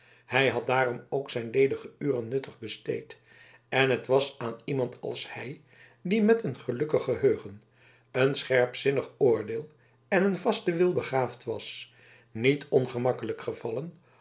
hij had daarom ook zijn ledige uren nuttig besteed en het was aan iemand als hij die met een gelukkig geheugen een scherpzinnig oordeel en een vasten wil begaafd was niet ongemakkelijk gevallen